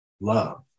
love